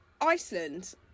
iceland